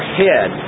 head